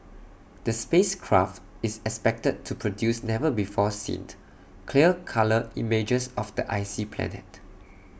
the space craft is expected to produce never before see IT clear colour images of the icy planet